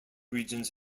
regions